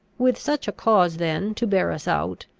with such a cause then to bear us out,